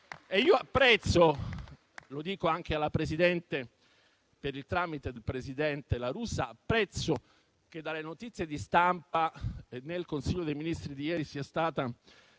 Io apprezzo - lo dico anche alla Presidente, per il tramite del presidente La Russa - che dalle notizie di stampa nel Consiglio dei ministri di ieri sia stata